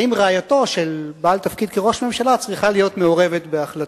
האם רעייתו של בעל תפקיד כראש ממשלה צריכה להיות מעורבת בהחלטות.